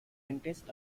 dentist